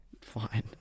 Fine